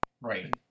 Right